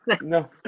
No